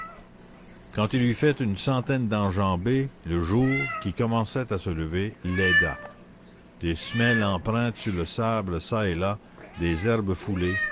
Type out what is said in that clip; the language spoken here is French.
quand il eut fait une centaine d'enjambées le jour qui commençait à se lever l'aida des semelles empreintes sur le sable çà et là des herbes foulées